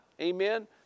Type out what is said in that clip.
amen